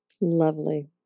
Lovely